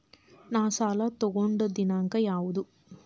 ನಾ ಸಾಲ ತಗೊಂಡು ದಿನಾಂಕ ಯಾವುದು?